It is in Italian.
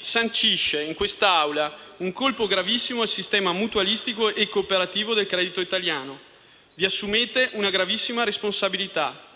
sancisce in quest'Aula un colpo gravissimo al sistema mutualistico e cooperativo del credito italiano. Vi assumete una gravissima responsabilità.